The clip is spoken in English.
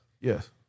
yes